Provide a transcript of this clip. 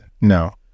No